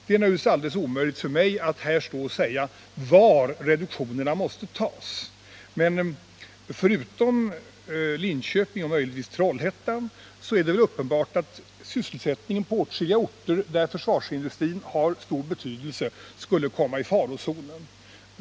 Det är naturligtvis alldeles omöjligt för mig att säga var reduktionerna måste göras. Men det är väl uppenbart att sysselsättningen på åtskilliga orter där försvarsindustrin har stor betydelse — förutom Linköping och möjligtvis Trollhättan — skulle komma i farozonen.